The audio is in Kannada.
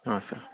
ಹಾಂ ಸರ್